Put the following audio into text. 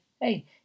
Hey